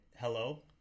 hello